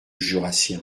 jurassien